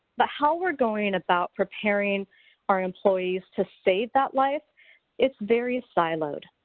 but how we're going about preparing our employees to save that life is very siloed.